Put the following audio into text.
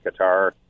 Qatar